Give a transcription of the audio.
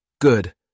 Good